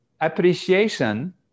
appreciation